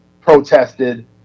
protested